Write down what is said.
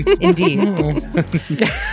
Indeed